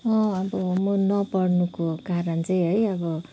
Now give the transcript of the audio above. अब म नपढ्नुको कारण चाहिँ है अब